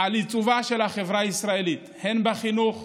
על עיצובה של החברה הישראלית, הן בחינוך,